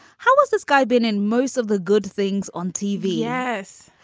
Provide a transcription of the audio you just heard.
how was this guy been in most of the good things on tv? yes,